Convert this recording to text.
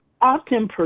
often